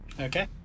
Okay